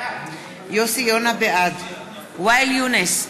בעד ואאל יונס,